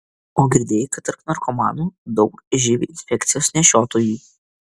o girdėjai kad tarp narkomanų daug živ infekcijos nešiotojų